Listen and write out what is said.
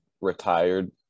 retired